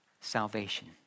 salvation